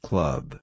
Club